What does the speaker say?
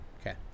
Okay